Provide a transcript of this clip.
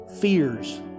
Fears